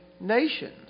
nations